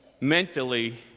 mentally